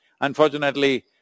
Unfortunately